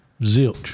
Zilch